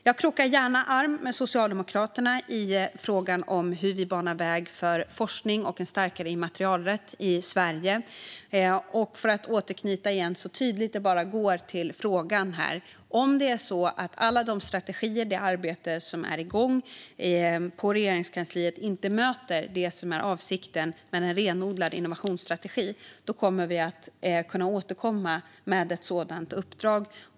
Jag krokar gärna arm med Socialdemokraterna i frågan om hur vi banar väg för forskning och en starkare immaterialrätt i Sverige. Och jag ska återknyta till frågan så tydligt det bara går. Om alla de strategier och det arbete som är igång i Regeringskansliet inte möter det som är avsikten med en renodlad innovationsstrategi kommer vi att kunna återkomma med ett sådant uppdrag.